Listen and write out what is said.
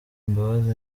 imbabazi